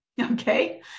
okay